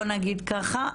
בואו נגיד ככה,